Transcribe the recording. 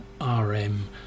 RM